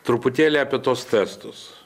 truputėlį apie tuos testus